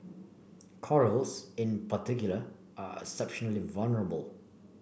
corals in particular are exceptionally vulnerable